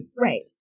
Right